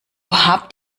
habt